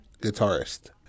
guitarist